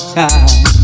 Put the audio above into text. time